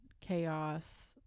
chaos